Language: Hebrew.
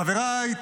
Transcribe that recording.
חבריי,